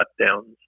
shutdowns